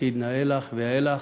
תפקיד נאה לך ויאה לך,